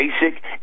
basic